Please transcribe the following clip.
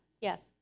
yes